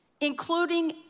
including